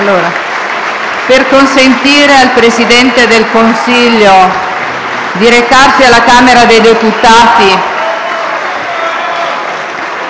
Per consentire al Presidente del Consiglio di recarsi alla Camera dei deputati